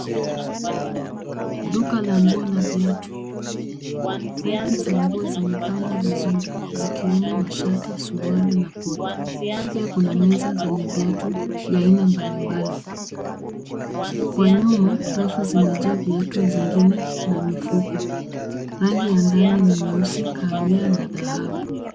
Duka la nguo na viatu, reki za nguo zimepangwa vizuri zikiwemo mashati, suruali na koti pia kuna meza zenye viatu ya aina mbalimbali. Kwa nyuma rafu zimejaa viatu zingine na mifuko . Rangi ya ndani ni nyeusi, kahawia na dhahabu.